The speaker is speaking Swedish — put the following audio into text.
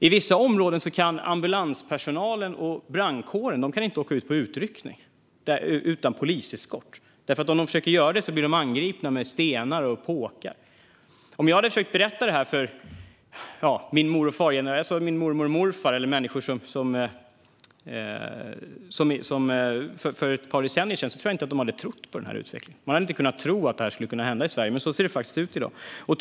I vissa områden kan ambulanspersonal och brandkår inte åka på utryckning utan poliseskort. Om de försöker göra det blir de angripna med stenar och påkar. Om jag hade försökt berätta det för min mormor och morfar eller andra för ett par decennier sedan tror jag inte att de hade trott på en sådan utveckling. Man hade inte kunnat tro att det skulle kunna hända i Sverige. Men det ser faktiskt ut på det sättet i dag.